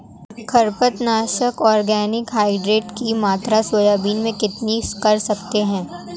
खरपतवार नाशक organic hybrid की मात्रा सोयाबीन में कितनी कर सकते हैं?